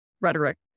rhetoric